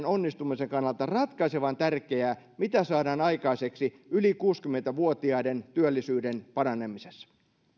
onnistumisen kannalta ratkaisevan tärkeää mitä saadaan aikaiseksi yli kuusikymmentä vuotiaiden työllisyyden paranemisessa